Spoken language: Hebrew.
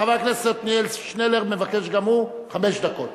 חבר הכנסת עתניאל שנלר, מבקש גם הוא חמש דקות.